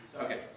Okay